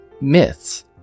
myths